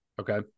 Okay